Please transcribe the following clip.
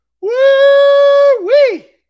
Woo-wee